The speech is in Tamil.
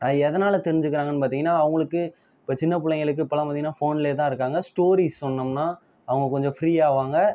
எதனால் தெரிஞ்சுக்கிறாங்கனு பார்த்திங்கனா அவங்களுக்கு இப்போ சின்னப் பிள்ளைங்களுக்கு இப்போலாம் பார்த்திங்கனா ஃபோனில் தான் இருக்காங்க ஸ்டோரிஸ் சொன்னோம்னால் அவங்க கொஞ்சம் ஃப்ரீ ஆவாங்க